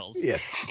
Yes